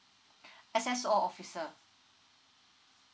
S_S_O officer